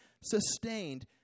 sustained